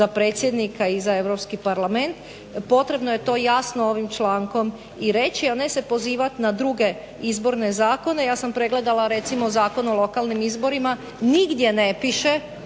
za predsjednika i za Europski parlament potrebno je to jasno i ovim člankom i reći, a ne se pozivat na druge izborne zakone. Ja sam pregledala recimo Zakon o lokalnim izborima. Nigdje ne piše